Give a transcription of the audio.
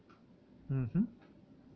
mmhmm